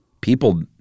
people